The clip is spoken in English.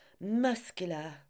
muscular